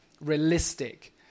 realistic